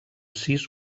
sis